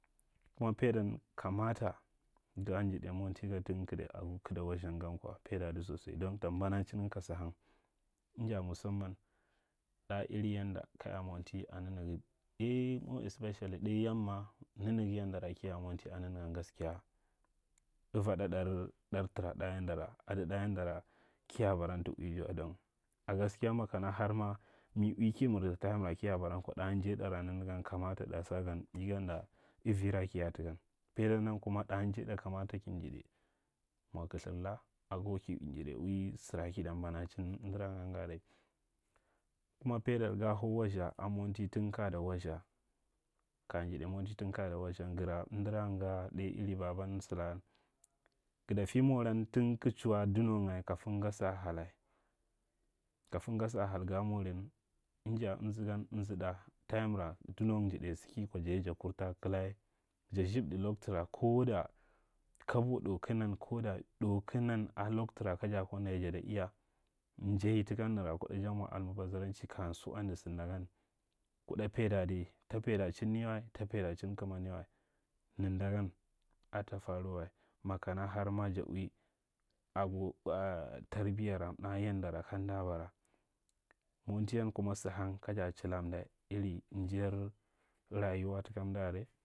Kuma paidan komata ga njidai monti gan tun an, gada wasthan gan kwa paida ada sosai don ta mbanachinga ka sun lang. Inja mussamma ɗa iri nanaga. Dai more especially, ɗai yanma nanagan gaskiya avaɗa ɗar, ɗar tara, adi ɗa nara kiya baran tata uija wa don a gaskiya makana har ma, mi ui ki mirda ɗa tayimra kiya baran kwa ɗa njaidara nanagan kamata ɗa njaiɗa kamata ki njiɗai mwa kaithir la, ago ki ui sira kita mbanachin amdara nga=nga ale. Kuma paidar ga hau wastha a monti tun kaya ta wastha, ka injiɗai monti tun kata wastha. Ka njiɗai monti tun kata wasthan, gara amdora nga ɗai iri baban salaka. Gada ti moran tun taga chu a donga maga sa hala kabu gasa hala kabu gas a hala ga moran. Inja amzagan amzaɗa. Tayimra donang njidai saki kwa ja ye ja kunta kala. Ja zihdo loktura ko da kabo ɗau kig nan, ko da ɗan kig nan a loktura kaja kwa nda ye jada iya njai tuka nara kuda ja mwa almuzaranchi kuɗa paida adi. Ta paidachin ye wa, ta paida chin kɗamanye wa. Ninda ga ata faru wa makana har ma da ui ago makana ja ui tarbiyara mna yandana kam da bara. Montiyan kuma sa hang kaja chilla amda, irin njair rayuwa taka amda are.